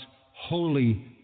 holy